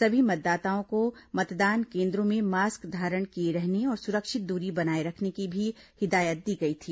सभी मतदाताओं को मतदान केन्द्रों में मास्क धारण किए रहने और सुरक्षित दूरी बनाए रखने की भी हिदायत दी गई थी